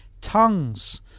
tongues